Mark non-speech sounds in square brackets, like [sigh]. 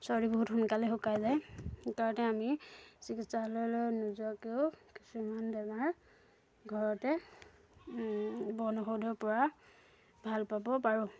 চৰ্দি বহুত সোনকালে শুকাই যায় [unintelligible] আমি চিকিৎসালয়লৈ নোযোৱাকৈও কিছুমান বেমাৰ ঘৰতে বনৌষধৰ পৰা ভাল পাব পাৰোঁ